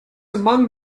among